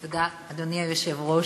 תודה, אדוני היושב-ראש,